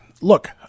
look